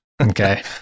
Okay